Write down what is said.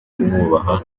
kumwubaha